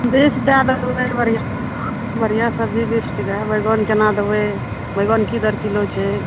बीस दै देबै बढ़िआँ बढ़िआँ सबजी बीस टके बैगन कोना देबै बैगन कि दर किलो छै